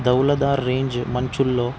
Dhauladhar range మంచుల్లో